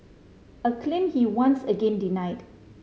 a claim he once again denied